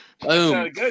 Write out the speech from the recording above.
Boom